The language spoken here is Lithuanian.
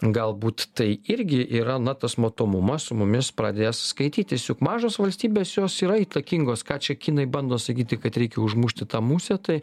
galbūt tai irgi yra na tas matomumas su mumis pradės skaitytis juk mažos valstybės jos yra įtakingos ką čia kinai bando sakyti kad reikia užmušti tą musę tai